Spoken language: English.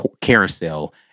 carousel